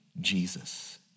Jesus